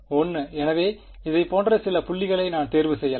1 எனவே இதைப்போன்ற சில புள்ளிகளை நான் தேர்வு செய்யலாம்